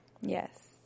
Yes